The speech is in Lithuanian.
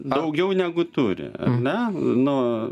daugiau negu turi na nu